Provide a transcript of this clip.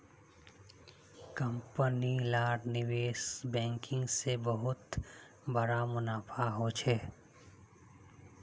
company लार निवेश banking से बहुत बड़का मुनाफा होचे